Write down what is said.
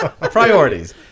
priorities